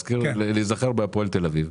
להיזכר בהפועל תל אביב,